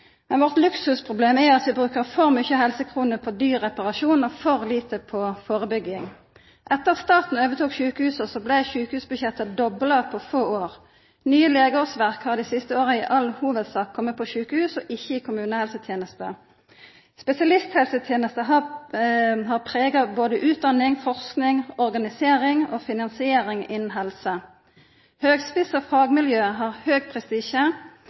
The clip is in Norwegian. Men vårt luksusproblem er at vi brukar for mange helsekroner på dyr reparasjon og for lite på førebygging. Etter at staten overtok sjukehusa, blei sjukehusbudsjetta dobla på få år. Nye legeårsverk har dei siste åra i all hovudsak kome i sjukehus, ikkje i kommunehelsetenesta. Spesialisthelsetenesta har prega både utdanning, forsking, organisering og finansiering innan helse. Høgspissa fagmiljø har høg prestisje,